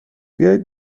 بیایید